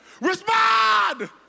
Respond